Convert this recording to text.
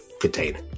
container